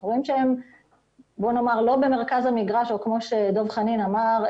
אנחנו רואים שהם לא במרכז המגרש או כמו שדב חנין אמר,